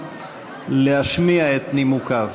להשמיע את נימוקיו.